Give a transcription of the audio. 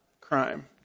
crime